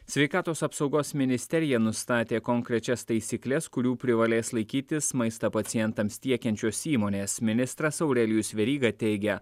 sveikatos apsaugos ministerija nustatė konkrečias taisykles kurių privalės laikytis maistą pacientams tiekiančios įmonės ministras aurelijus veryga teigia